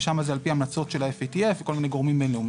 ששם זה על פי המלצות של ה- FATE וכל מיני גורמים בין-לאומיים.